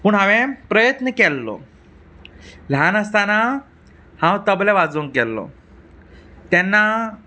पूण हांवें प्रयत्न केल्लो ल्हान आसतना हांव तबला वाजोवंक गेल्लो तेन्ना